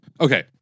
Okay